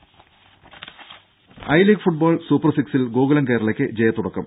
രുര I league football super സിക്സിൽ ഗോകുലം കേരളയ്ക്ക് ജയത്തുടക്കം